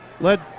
led